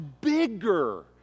bigger